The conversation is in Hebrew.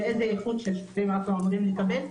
ואיזה איכות של שוטרים אנחנו עומדים לקבל.